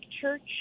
Church